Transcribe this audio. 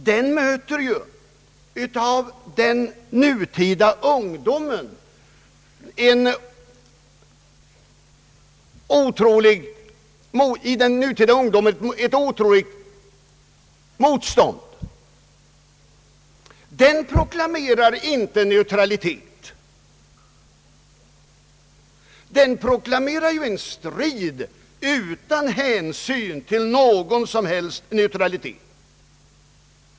Den möter ju hos vår nutida ungdom ett otroligt motstånd. Ungdomen proklamerar inte neutralitet, den proklamerar en strid utan hänsyn till någon som helst neutralitet.